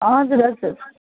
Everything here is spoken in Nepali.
हजुर हजुर